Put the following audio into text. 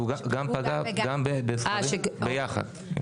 הוא פגע גם בזכרים יחד.